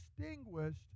distinguished